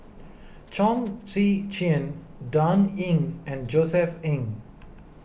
Chong Tze Chien Dan Ying and Josef Ng